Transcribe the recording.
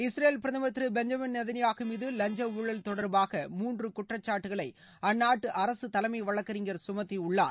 Israel பிரதமர் திரு Benjamin Netanyahu மீது லஞ்ச ஊழல் தொடர்பாக மூன்று குற்றச்சாட்டுகளை அந்நாட்டு அரசு தலைமை வழக்கறிஞர் கமத்தியயுள்ளார்